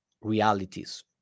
realities